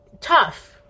tough